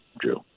Drew